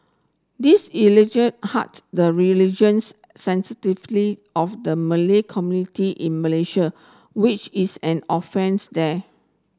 this hut the religions sensitively of the Malay community in Malaysia which is an offence there